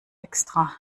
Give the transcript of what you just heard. extra